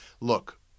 look